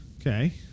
Okay